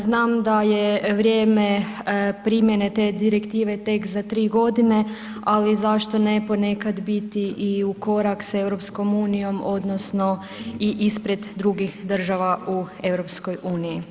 Znam da je vrijeme primjene te direktive tek za 3.g., ali zašto ne ponekad biti i u korak s EU odnosno i ispred drugih država u EU.